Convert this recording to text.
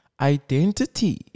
identity